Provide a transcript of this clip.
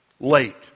Late